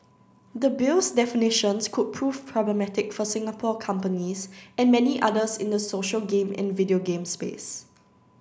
the Bill's definitions could prove problematic for Singapore companies and many others in the social game and video game space